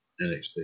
NXT